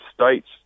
States